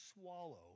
swallow